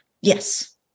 yes